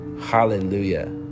hallelujah